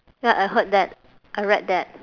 ya I heard that I read that